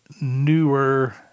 newer